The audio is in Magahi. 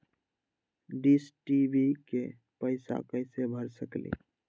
डिस टी.वी के पैईसा कईसे भर सकली?